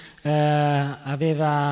aveva